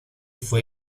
fue